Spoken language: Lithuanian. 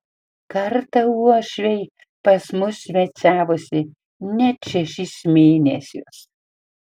kartą uošviai pas mus svečiavosi net šešis mėnesius